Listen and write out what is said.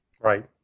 Right